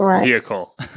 vehicle